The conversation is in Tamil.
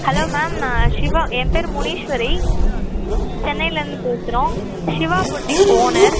ஹலோ மேம் நான் சிவா என் பேர் முனீஸ்வரி சென்னையிலிருந்து பேசுகிறோம் சிவா பொட்டிக் ஓனர்